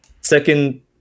second